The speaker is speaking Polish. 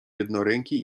jednoręki